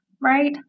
right